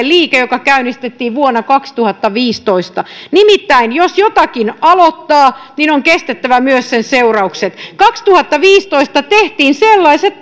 liike joka käynnistettiin vuonna kaksituhattaviisitoista nimittäin jos jotakin aloittaa niin on kestettävä myös sen seuraukset kaksituhattaviisitoista tehtiin sellaiset